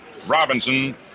Robinson